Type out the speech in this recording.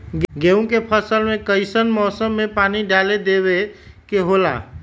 गेहूं के फसल में कइसन मौसम में पानी डालें देबे के होला?